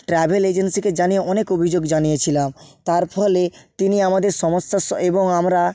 travel এজেন্সিকে জানিয়ে অনেক অভিযোগ জানিয়েছিলাম তার ফলে তিনি আমাদের সমস্যার স এবং আমরা